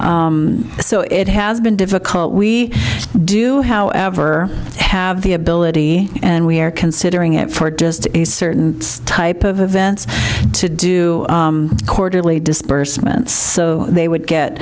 so it has been difficult we do however have the ability and we are considering it for just a certain type of events to do quarterly disbursement so they would get